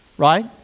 Right